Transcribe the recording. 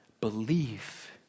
belief